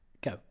Go